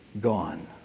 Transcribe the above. Gone